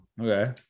okay